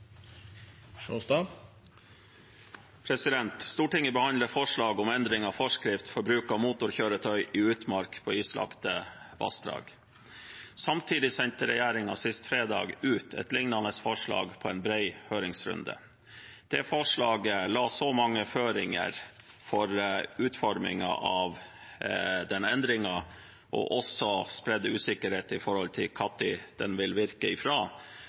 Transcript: Stortinget behandler forslag om endring av forskrift for bruk av motorkjøretøy i utmark på islagte vassdrag. Samtidig sendte regjeringen sist fredag ut et lignende forslag på en bred høringsrunde. Det forslaget la så mange føringer for utformingen av den endringen, og har også spredt så mye usikkerhet rundt når den vil